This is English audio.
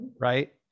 right